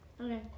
Okay